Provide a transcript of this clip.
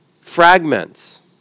fragments